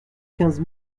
quinze